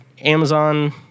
amazon